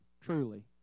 truly